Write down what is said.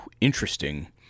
Interesting